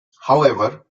however